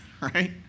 right